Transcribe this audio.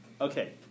Okay